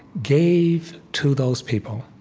gave to those people.